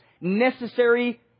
necessary